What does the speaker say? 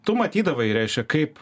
tu matydavai reiškia kaip